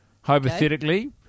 hypothetically